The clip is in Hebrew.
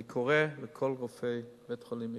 אני קורא לכל רופאי בית-החולים "איכילוב",